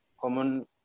common